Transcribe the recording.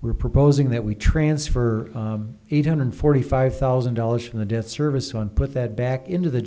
we are proposing that we transfer eight hundred forty five thousand dollars from the debt service on put that back into the